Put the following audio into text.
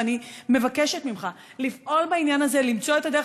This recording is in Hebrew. אני מבקשת ממך לפעול בעניין הזה, למצוא את הדרך.